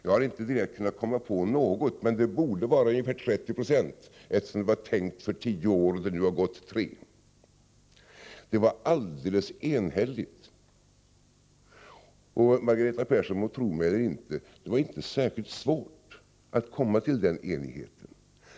Jag har inte direkt kunnat komma på något, men det borde vara ungefär 30 96, eftersom programmet var tänkt för tio år och det nu gått tre år. Det var alldeles enhälligt. Margareta Persson må tro mig eller inte, men det var inte särskilt svårt att nå den enigheten.